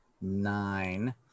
nine